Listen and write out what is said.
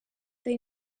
they